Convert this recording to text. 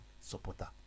supporter